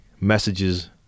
messages